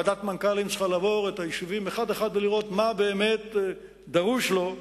ועדת מנכ"לים צריכה לעבור את היישובים אחד-אחד ולראות מה באמת דרוש להם.